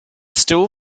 still